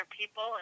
people